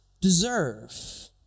deserve